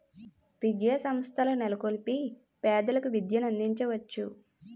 విద్యాసంస్థల నెలకొల్పి పేదలకు విద్యను అందించవచ్చు